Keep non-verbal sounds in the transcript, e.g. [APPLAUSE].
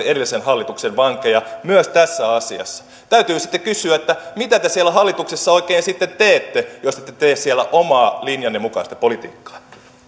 [UNINTELLIGIBLE] edellisen hallituksen vankeja myös tässä asiassa täytyy sitten kysyä mitä te siellä hallituksessa oikein sitten teette jos ette tee siellä omaa linjanne mukaista politiikkaa